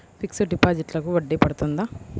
Fixed డిపాజిట్లకు వడ్డీ పడుతుందా?